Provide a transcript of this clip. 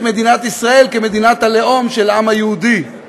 מדינת ישראל כמדינת הלאום של העם היהודי?